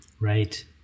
Right